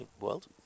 world